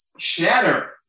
shatter